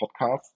podcast